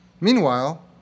Meanwhile